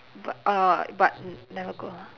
but uh but never go ah